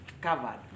covered